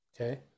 Okay